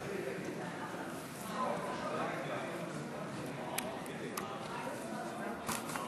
סעיפים 1 2 נתקבלו.